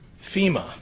FEMA